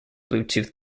bluetooth